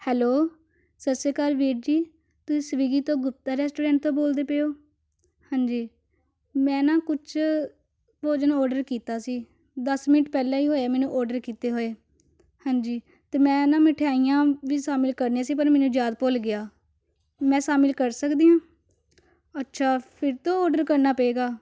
hello ਸਤਿ ਸ਼੍ਰੀ ਅਕਾਲ ਵੀਰ ਜੀ ਤੁਸੀਂ ਸਵੀਗੀ ਤੋਂ ਗੁਪਤਾ ਰੈਸਟੋਰੈਂਟ ਤੋਂ ਬੋਲਦੇ ਪਏ ਹੋ ਹਾਂਜੀ ਮੈਂ ਨਾ ਕੁਛ ਭੋਜਨ ਔਡਰ ਕੀਤਾ ਸੀ ਦਸ ਮਿੰਟ ਪਹਿਲਾਂ ਹੀ ਹੋਇਆ ਮੈਨੂੰ ਔਰਡਰ ਕੀਤੇ ਹੋਏ ਹਾਂਜੀ ਅਤੇ ਮੈਂ ਨਾ ਮਠਿਆਈਆਂ ਵੀ ਸ਼ਾਮਿਲ ਕਰਨੀਆਂ ਸੀ ਪਰ ਮੈਨੂੰ ਯਾਦ ਭੁੱਲ ਗਿਆ ਮੈਂ ਸ਼ਾਮਿਲ ਕਰ ਸਕਦੀ ਹਾਂ ਅੱਛਾ ਫਿਰ ਤੋਂ ਔਡਰ ਕਰਨਾ ਪਵੇਗਾ